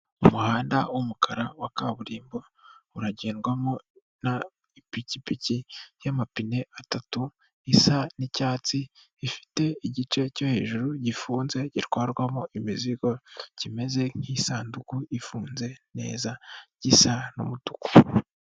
Umuhanda w'umukara wa kaburimbo uragendwamo n'ipikipiki y'amapine atatu isa n'icyatsi, ifite igice cyo hejuru gifunze gitwarwamo imizigo kimeze nk'isanduku ifunze neza, gisa umutuku.